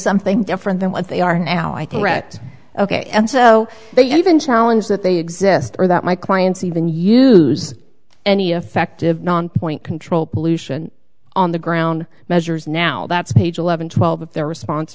something different than what they are now i think that ok so they even challenge that they exist or that my clients even use any effective nonpoint control pollution on the ground measures now that's page eleven twelve of their response